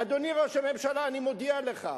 אדוני ראש הממשלה, אני מודיע לך,